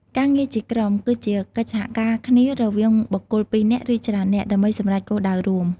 ការងារជាក្រុម គឺជាកិច្ចសហការគ្នារវាងបុគ្គលពីរនាក់ ឬច្រើននាក់ ដើម្បីសម្រេចគោលដៅរួម។